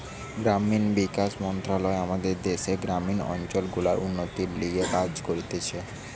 গ্রামীণ বিকাশ মন্ত্রণালয় আমাদের দ্যাশের গ্রামীণ অঞ্চল গুলার উন্নতির লিগে কাজ করতিছে